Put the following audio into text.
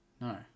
No